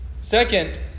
Second